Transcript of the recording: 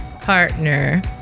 partner